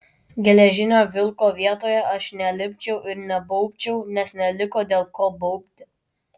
geležinio vilko vietoje aš nelipčiau ir nebaubčiau nes neliko dėl ko baubti